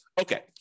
Okay